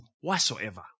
whatsoever